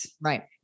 Right